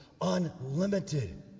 unlimited